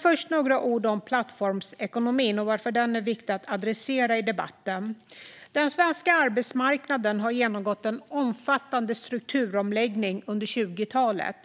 Först vill jag säga några ord om plattformsekonomin och varför den är viktig att adressera i debatten. Den svenska arbetsmarknaden har genomgått en omfattande strukturomläggning under 2000-talet.